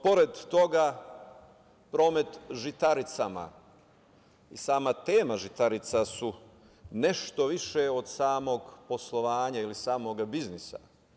Pored toga, promet žitaricama i sama tema žitarica su nešto više od samog poslovanja ili samog biznisa.